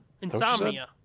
insomnia